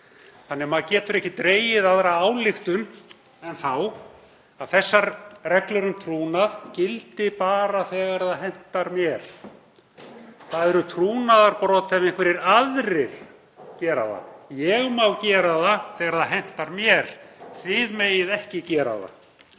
þannig að maður getur ekki dregið aðra ályktun en þá að þessar reglur um trúnað gildi bara þegar það hentar mér. Það eru trúnaðarbrot ef einhverjir aðrir gera það. Ég má gera það þegar það hentar mér. Þið megið ekki gera það.